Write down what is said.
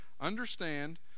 Understand